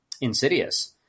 Insidious